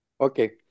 Okay